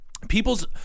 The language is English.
people's